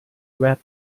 rat